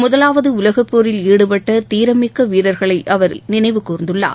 முதலாவது உலகப்போரில் ஈடுபட்ட தீரம் மிக்க வீரர்களை அவர் நினைவு கூர்ந்துள்ளார்